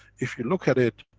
if you look at it,